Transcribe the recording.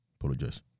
Apologize